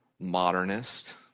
modernist